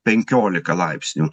penkiolika laipsnių